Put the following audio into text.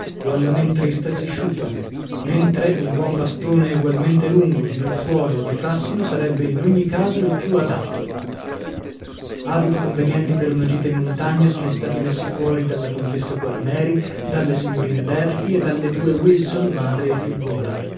o alla men trista si sciupa mentre un buon bastone egualmente lungo di nocciuolo o di fràssino sarebbe in ogni caso il più adatto abiti convenienti per una gita in montagna sono stati messi fuori dalla contessa quarneri dalle signorine berti e dalle due wilson madre e figliuola